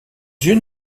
yeux